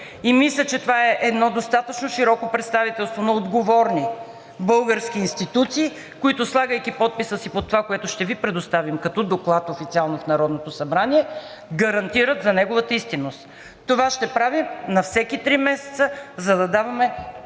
Мисля, че това е достатъчно широко представителство на отговорни български институции, които, слагайки подписа си под това, което ще Ви предоставим като доклад официално в Народното събрание, гарантират за неговата истинност. Това ще правим на всеки три месеца, за да даваме